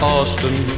Austin